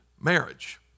marriage